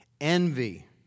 envy